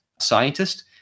scientist